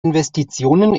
investitionen